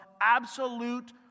absolute